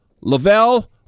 Lavelle